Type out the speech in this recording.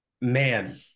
man